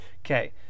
Okay